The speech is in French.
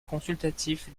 consultatif